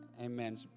amen